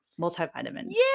multivitamins